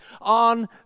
on